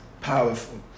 powerful